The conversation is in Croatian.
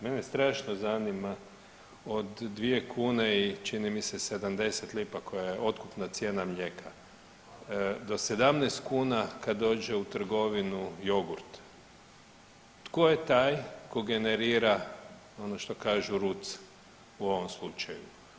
Mene strašno zanima od 2 kune i čini mi se 70 lipa koja je otkupna cijena mlijeka, do 17 kuna kada dođe u trgovinu jogurt tko je taj tko generira ono što kažu ruce u ovom slučaju.